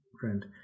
friend